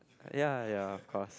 ya ya of cause